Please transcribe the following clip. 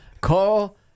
Call